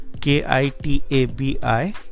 K-I-T-A-B-I